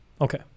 Okay